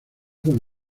con